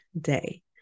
day